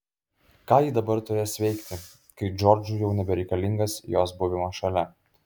ką ji dabar turės veikti kai džordžui jau nebereikalingas jos buvimas šalia